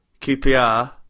QPR